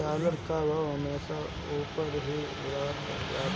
dollar कअ भाव हमेशा उपर ही रहत बाटे